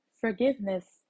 forgiveness